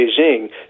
Beijing